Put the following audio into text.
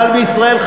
אבל בישראל,